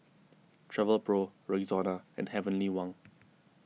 Travelpro Rexona and Heavenly Wang